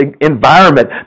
environment